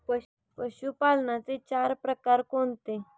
पशुपालनाचे चार प्रकार कोणते?